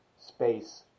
space